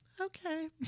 Okay